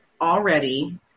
already